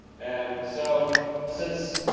and so since